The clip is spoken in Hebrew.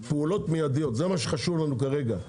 פעולות מיידיות זה מה שחשוב לנו כרגע,